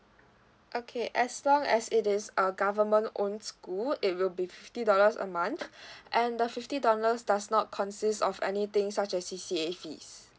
okay as long as it is a government own school it will be fifty dollars a month and the fifty dollars does not consists of anything such as C_C_A fees